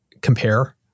compare